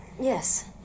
Yes